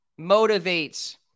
motivates